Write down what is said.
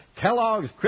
Kellogg's